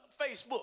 Facebook